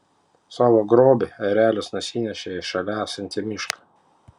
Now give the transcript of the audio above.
savo grobį erelis nusinešė į šalia esantį mišką